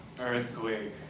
Earthquake